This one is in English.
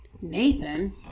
Nathan